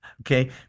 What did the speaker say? Okay